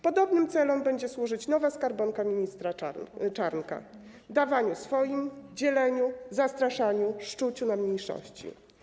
Podobnym celom będzie służyć nowa skarbonka ministra Czarnka: dawaniu swoim, dzieleniu, zastraszaniu, szczuciu na mniejszości.